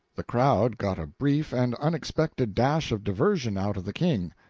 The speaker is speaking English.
the crowd got a brief and unexpected dash of diversion out of the king.